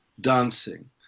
dancing